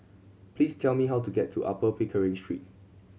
please tell me how to get to Upper Pickering Street